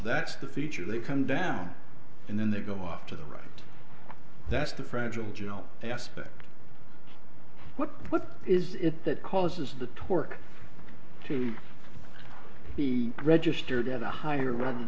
that's the feature they come down and then they go off to the right that's the fragile aspect what is it that causes the torque to be registered at a higher